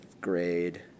grade